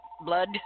blood